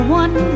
one